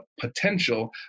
potential